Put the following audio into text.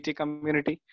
community